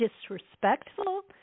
disrespectful